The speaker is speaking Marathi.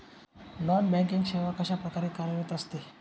नॉन बँकिंग सेवा कशाप्रकारे कार्यरत असते?